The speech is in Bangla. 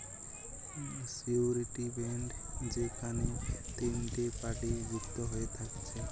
সিওরীটি বন্ড যেখেনে তিনটে পার্টি যুক্ত হয়ে থাকছে